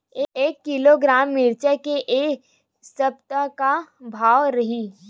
एक किलोग्राम मिरचा के ए सप्ता का भाव रहि?